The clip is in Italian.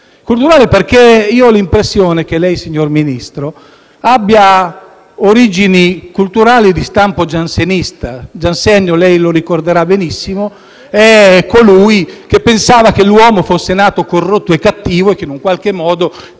culturale perché ho l'impressione che lei, signor Ministro, abbia origini culturali di stampo giansenista: come lei ricorderà benissimo, Giansenio pensava che l'uomo fosse nato corrotto e cattivo e che in qualche modo